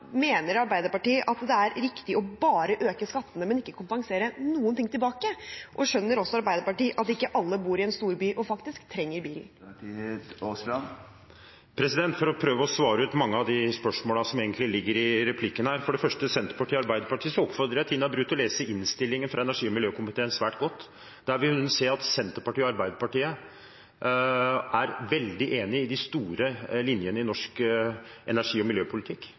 Mener Arbeiderpartiet at det er riktig bare å øke skattene, og ikke kompensere noe? Skjønner Arbeiderpartiet at ikke alle bor i en storby og faktisk trenger bil? Jeg får prøve å svare på mange av de spørsmålene som kom i replikken. Først om Senterpartiet og Arbeiderpartiet: Jeg oppfordrer Tina Bru til å lese innstillingen fra energi- og miljøkomiteen svært godt. Der vil hun se at Senterpartiet og Arbeiderpartiet er veldig enige om de store linjene i norsk energi- og miljøpolitikk.